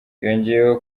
yongeyeho